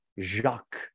Jacques